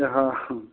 हाँ